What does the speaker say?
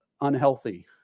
unhealthy